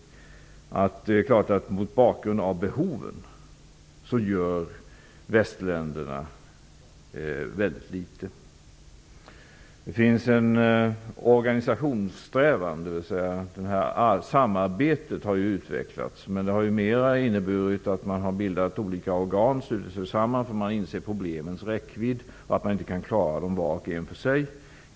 Det är klart att västländerna gör väldigt litet, mot bakgrund av behoven. Det finns en organisationssträvan, och samarbetet har utvecklats. Men det har mera inneburit att man har bildat olika organ, slutit sig samman, därför att man insett problemens räckvidd och att man inte kan klara dem var och en för sig.